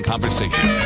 conversation